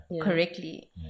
correctly